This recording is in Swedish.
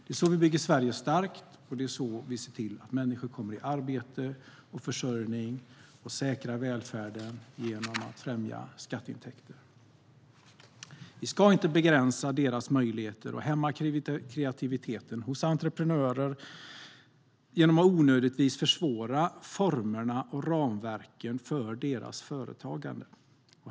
Det är så vi bygger Sverige starkt, och det är så vi ser till att människor kommer i arbete och försörjning. Vi säkrar välfärden genom skatteintäkter. Vi ska inte begränsa möjligheter för och hämma kreativiteten hos entreprenörer genom att onödigtvis försvåra formerna och ramverken för deras företagande.